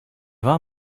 war